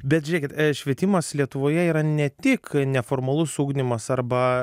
bet žiūrėkit švietimas lietuvoje yra ne tik neformalus ugdymas arba